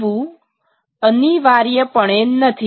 એવું અનિવાર્યપણે નથી